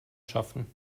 schaffen